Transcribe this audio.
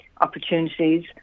opportunities